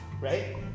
right